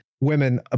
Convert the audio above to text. women